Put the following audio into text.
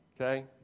Okay